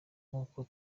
nkuko